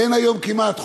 אין היום כמעט,